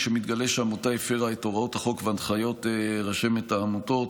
כשמתגלה שעמותה הפרה את הוראות החוק והנחיות רשמת העמותות.